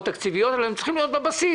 תקציביות אלא הם צריכים להיות בבסיס,